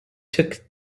took